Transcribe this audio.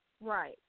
Right